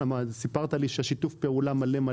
סיפרת לי שיש שם שיתוף פעולה מלא.